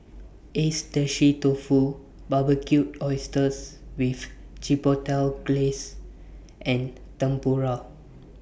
Agedashi Dofu Barbecued Oysters with Chipotle Glaze and Tempura